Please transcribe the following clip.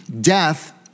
Death